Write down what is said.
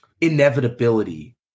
inevitability